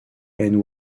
and